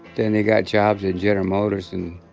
then they got jobs and general motors and.